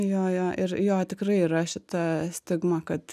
jo jo ir jo tikrai yra šita stigma kad